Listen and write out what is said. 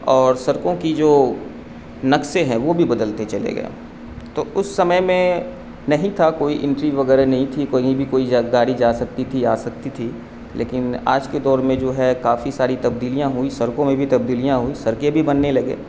اور سڑکوں کی جو نقشے ہیں وہ بھی بدلتے چلے گیا تو اس سمے میں نہیں تھا کوئی انٹری وغیرہ نہیں تھی کہیں بھی کوئی جا گاڑی جا سکتی تھی آ سکتی تھی لیکن آج کے دور میں جو ہے کافی ساری تبدیلیاں ہوئیں سڑکوں میں بھی تبدیلیاں ہوئیں سڑکیں بھی بننے لگے